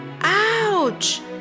Ouch